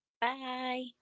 Bye